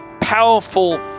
powerful